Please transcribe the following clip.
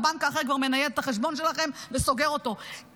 הבנק האחר כבר מנייד את החשבון שלכם וסוגר אותו,